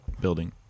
building